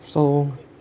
so